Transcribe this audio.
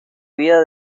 vida